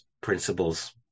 principles